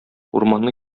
урманны